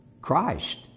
Christ